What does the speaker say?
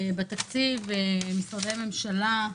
בתקציב משרדי הממשלה,